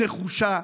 נחושה,